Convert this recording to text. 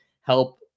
help